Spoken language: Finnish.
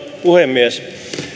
puhemies